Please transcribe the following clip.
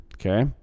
Okay